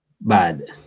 bad